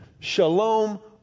Shalom